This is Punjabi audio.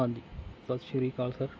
ਹਾਂਜੀ ਸਤਿ ਸ਼੍ਰੀ ਅਕਾਲ ਸਰ